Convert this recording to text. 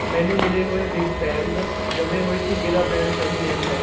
ਮੈਨੂੰ ਮਿਲੇ ਹੋਏ ਬਿੱਗ ਸੈਮਜ਼ ਜੰਮੇ ਹੋਏ ਝੀਂਗੇ ਦਾ ਬ੍ਰੈਂਡ ਸਹੀ ਨਹੀਂ ਹੈ